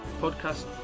podcast